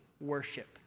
worship